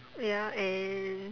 ya and